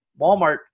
Walmart